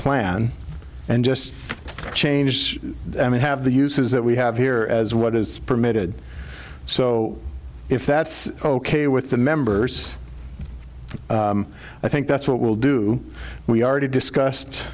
plan and just change it have the uses that we have here as what is permitted so if that's ok with the members i think that's what we'll do we already discussed